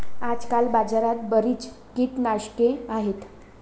आजकाल बाजारात बरीच कीटकनाशके आहेत